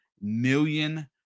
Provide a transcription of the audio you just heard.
million